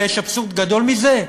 יש אבסורד גדול מזה?